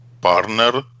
partner